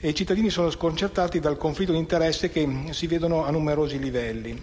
I cittadini sono quindi sconcertati dai conflitti di interesse che si vedono a numerosi livelli.